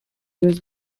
was